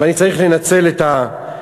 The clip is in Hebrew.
ואני צריך לנצל את ההזדמנות,